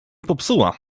popsuła